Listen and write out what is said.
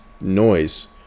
Noise